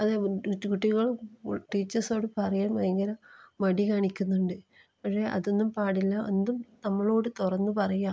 അതെ കൊച്ചുകുട്ടികൾ ടീച്ചേഴ്സോട് പറയാൻ ഭയങ്കര മടി കാണിക്കുന്നുണ്ട് പക്ഷേ അതൊന്നും പാടില്ല എന്തും നമ്മളോട് തുറന്ന് പറയാം